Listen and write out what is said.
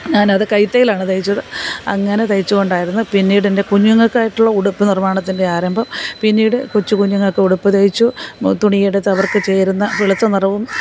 ഞാനത് കൈ തയ്യലാണ് തയ്ച്ചത് അങ്ങനെ തയ്ച്ച് കൊണ്ടായിരുന്നു പിന്നീടെൻ്റെ കുഞ്ഞുങ്ങൾക്കായിട്ടുള്ള ഉടുപ്പ് നിർമ്മാണത്തിൻ്റെ ആരംഭം പിന്നീട് കൊച്ച് കുഞ്ഞുങ്ങൾക്ക് ഉടുപ്പ് തയ്ച്ചു തുണിയെടുത്തവർക്ക് ചേരുന്ന വെളുത്ത നിറവും